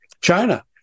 China